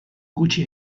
gutxi